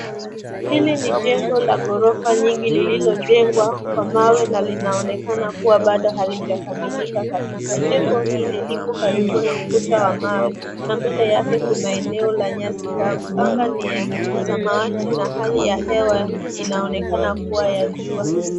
Hili ni jengo la gorofa nyingi, lililojengwa kwa mawe na linaonekana kuwa Bado halijakamilika kabisaa, jengo hili lipo karibu na ukuta wa mawe na mbele yake Kuna eneo la nyasi kavu .Anga ni ya samawati na hali ya hewa inaonekana kuwa ya jua.